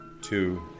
two